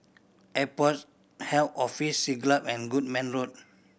Airport Health Office Siglap and Goodman Road